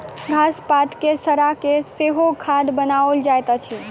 घास पात के सड़ा के सेहो खाद बनाओल जाइत अछि